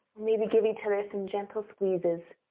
maybe give each other some gentle squeezes